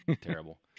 Terrible